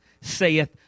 saith